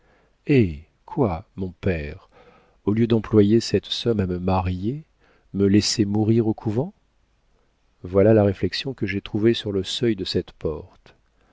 eh quoi mon père au lieu d'employer cette somme à me marier me laissait mourir au couvent voilà la réflexion que j'ai trouvée sur le seuil de cette porte